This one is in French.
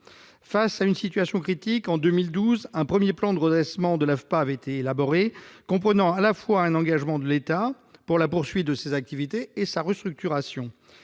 Face à une situation critique, en 2012, un premier plan de redressement de l'AFPA avait été élaboré, comprenant un engagement de l'État, à la fois, pour la poursuite de ses activités et pour sa restructuration.